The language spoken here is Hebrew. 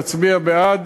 להצביע בעד